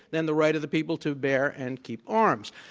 then the right of the people to bear and keep arms.